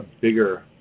bigger